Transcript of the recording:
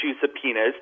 subpoenas